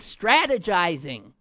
strategizing